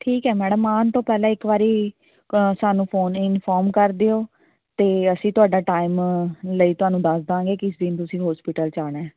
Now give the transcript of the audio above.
ਠੀਕ ਹੈ ਮੈਡਮ ਆਉਣ ਤੋਂ ਪਹਿਲਾਂ ਇੱਕ ਵਾਰੀ ਸਾਨੂੰ ਫੋਨ ਇਨਫੋਰਮ ਕਰ ਦਿਓ ਅਤੇ ਅਸੀਂ ਤੁਹਾਡਾ ਟਾਈਮ ਲਈ ਤੁਹਾਨੂੰ ਦੱਸ ਦਾਂਗੇ ਕਿਸ ਦਿਨ ਤੁਸੀਂ ਹੋਸਪਿਟਲ ਜਾਣਾ